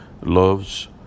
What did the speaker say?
loves